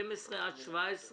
12 עד 17,